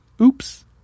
Oops